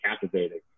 captivating